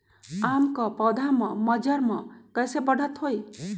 आम क पौधा म मजर म कैसे बढ़त होई?